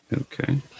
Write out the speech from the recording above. Okay